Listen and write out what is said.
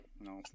No